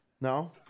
No